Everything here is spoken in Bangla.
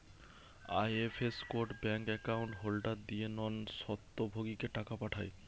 IFS code bank account holder দিয়ে নন স্বত্বভোগীকে টাকা পাঠায়